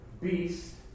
beast